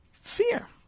fear